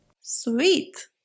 Sweet